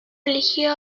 eligió